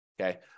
okay